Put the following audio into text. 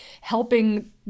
helping